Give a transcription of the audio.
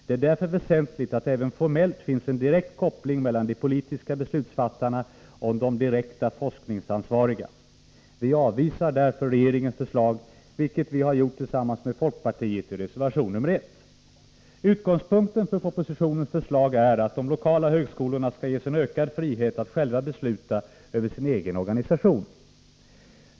Det är därför väsentligt att det även formellt finns en direkt koppling mellan de politiska beslutsfattarna och de direkt forskningsansvariga. Vi avvisar därför regeringens förslag, vilket vi tillsammans med folkpartiet har framfört i reservation nr 1. Utgångspunkten för propositionens förslag är att de lokala högskolorna skall ges en ökad frihet att själva besluta över sin egen organisation.